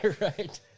Right